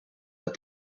but